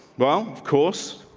well, of course,